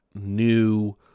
new